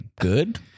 good